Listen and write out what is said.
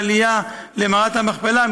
על עלייה למערת המכפלה,